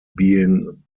being